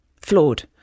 flawed